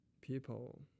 People